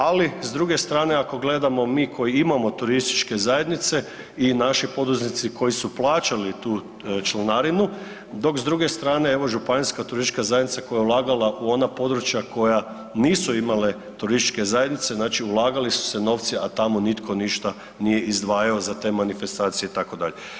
Ali s druge strane ako gledamo mi koji imamo turističke zajednice i naši poduzetnici koji su plaćali tu članarinu dok s druge strane evo županijska turistička zajednica koja je ulagala u ona područja koja nisu imale turističke zajednice, znači ulagali su se novci, a tamo nitko ništa nije izdvajao za te manifestacije itd.